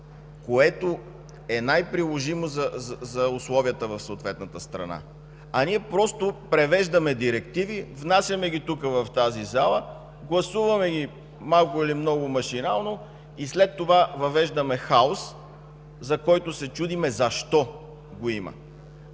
което е най-приложимо за условията в съответната страна, а ние просто превеждаме директиви, внасяме ги тук, в тази зала, гласуваме ги малко или много машинално и след това въвеждаме хаос, за който се чудим защо го има.